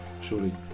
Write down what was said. Surely